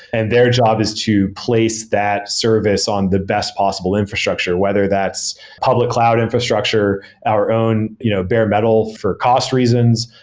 and their job is to place that service on the best possible infrastructure, whether that's public cloud infrastructure, our own you know bare metal for cost reasons,